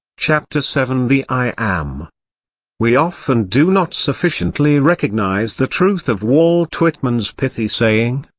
chapter seven the i am we often do not sufficiently recognise the truth of walt whitman's pithy saying,